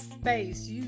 space